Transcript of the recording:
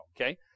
okay